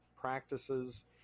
practices